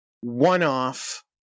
one-off